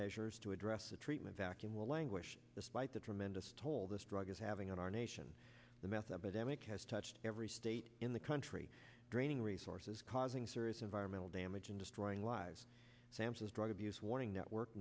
measures to address the treatment vacuum will languish despite the tremendous toll this drug is having on our nation the meth epidemic has touched every state in the country draining resources causing serious environmental damage and destroying lives sam says drug abuse warning network